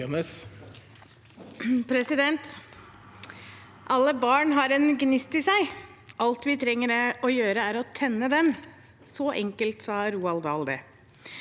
Alle barn har en gnist i seg. Alt vi trenger å gjøre, er å tenne den. Så enkelt sa Roald Dahl det.